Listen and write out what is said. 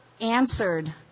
answered